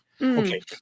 Okay